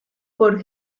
por